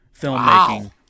filmmaking